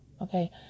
Okay